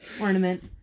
ornament